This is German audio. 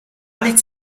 nichts